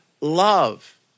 love